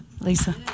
Lisa